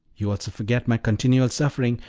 you also forget my continual suffering,